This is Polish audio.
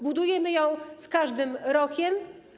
Budujemy ją z każdym rokiem.